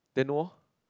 then no